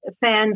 fans